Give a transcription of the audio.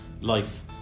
life